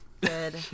Good